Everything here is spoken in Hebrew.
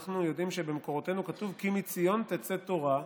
אנחנו יודעים שבמקורותינו כתוב: "כי מציון תצא תורה"